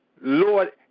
Lord